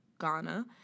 Ghana